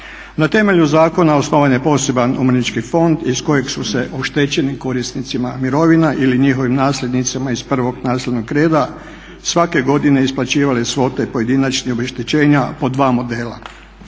Na temelju zakona osnovan je poseban Umirovljenički fond iz kojeg su oštećenim korisnicima mirovina ili njihovim nasljednicima iz prvog nasljednog reda svake godine isplaćivale svote pojedinačnih obeštećenja po dva modela.